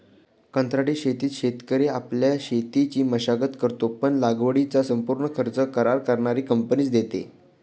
कंत्राटी शेतीत शेतकरी आपल्या शेतीची मशागत करतो, पण लागवडीचा संपूर्ण खर्च करार करणारी कंपनीच देते